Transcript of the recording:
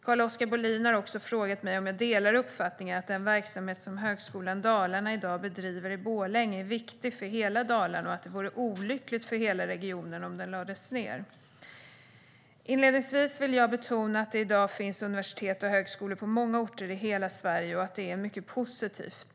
Carl-Oskar Bohlin har också frågat mig om jag delar uppfattningen att den verksamhet Högskolan Dalarna i dag bedriver i Borlänge är viktig för hela Dalarna och att det vore olyckligt för hela regionen om den lades ned. Inledningsvis vill jag betona att det i dag finns universitet och högskolor på många orter i hela Sverige, och det är mycket positivt.